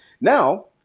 Now